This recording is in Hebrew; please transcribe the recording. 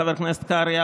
חבר הכנסת קרעי,